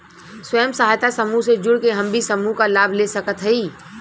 स्वयं सहायता समूह से जुड़ के हम भी समूह क लाभ ले सकत हई?